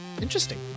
interesting